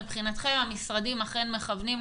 מבחינתכם המשרדים אכן מכוונים לשם.